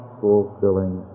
fulfilling